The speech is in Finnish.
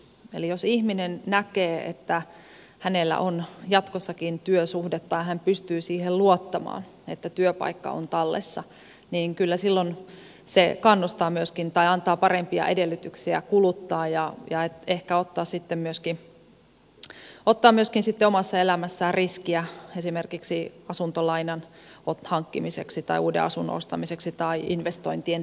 eli jos ihminen näkee että hänellä on jatkossakin työsuhde tai hän pystyy siihen luottamaan että työpaikka on tallessa niin kyllä se silloin antaa parempia edellytyksiä kuluttaa ja ehkä ottaa sitten myöskin omassa elämässään riskiä esimerkiksi uuden asunnon ostamiseksi tai investointien tekemiseksi